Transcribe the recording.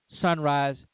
sunrise